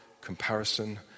comparison